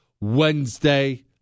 Wednesday